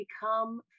become